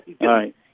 right